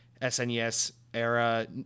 SNES-era